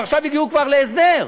ועכשיו הגיעו כבר להסדר.